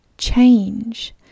change